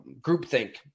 groupthink